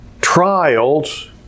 trials